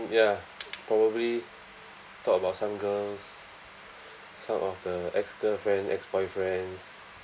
ya probably talk about some girls some of the ex girlfriend ex boyfriends